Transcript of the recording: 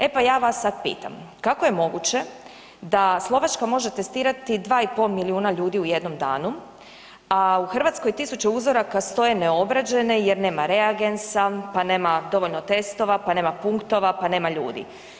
E pa ja vas sad pitam kako je moguće da Slovačka može testirati 2,5 milijuna ljudi u jednom danu, a u Hrvatskoj tisuće uzoraka stoje neobrađene jer nema reagensa, pa nema dovoljno testova, pa nema punktova, pa nema ljudi?